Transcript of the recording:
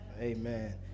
Amen